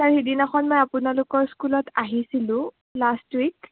sir সিদিনাখন মই আপোনালোকৰ স্কুলত আহিছিলোঁ লাষ্ট উইক